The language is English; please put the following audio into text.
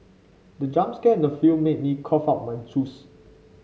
the jump scare in the film made me cough out my juice